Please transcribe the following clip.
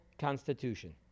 constitution